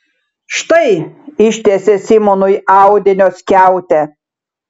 štai ištiesė simonui audinio skiautę